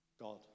God